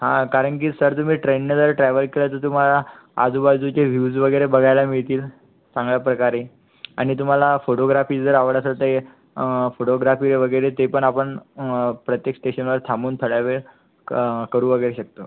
हा कारण की सर तुम्ही ट्रेनने जर ट्रॅव्हल केलं तर तुम्हाला आजूबाजूचे व्ह्यूज वगैरे बघायला मिळतील चांगल्या प्रकारे आणि तुम्हाला फोटोग्राफी जर आवडत असेल फोटोग्राफी वगैरे ते पण आपण प्रत्येक स्टेशनवर थांबून थोडावेळ करू वगैरे शकतो